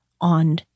on